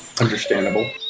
Understandable